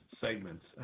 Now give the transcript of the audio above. segments